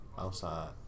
Outside